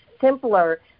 simpler